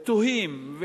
תוהים,